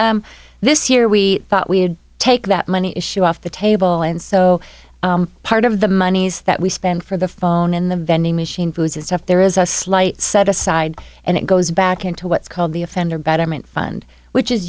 them this year we thought we would take that money issue off the table and so part of the monies that we spend for the phone in the vending machine booze itself there is a slight set aside and it goes back into what's called the offender betterment fund which is